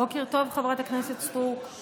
בוקר טוב, חברת הכנסת סטרוק.